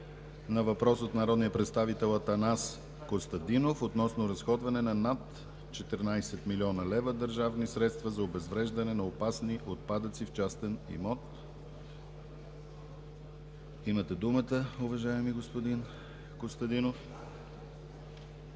на въпрос от народния представител Атанас Костадинов, относно разходване на над 14 млн. лв. държавни средства за обезвреждане на опасни отпадъци в частен имот. Имате думата, уважаеми господин Костадинов.